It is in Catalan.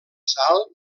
sal